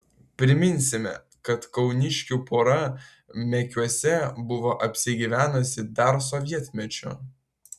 priminsime kad kauniškių pora mekiuose buvo apsigyvenusi dar sovietmečiu